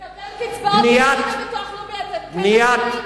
לקבל קצבאות מהביטוח הלאומי אתם כן מכירים?